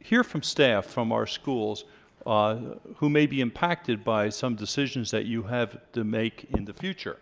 hear from staff from our schools ah who may be impacted by some decisions that you have to make in the future,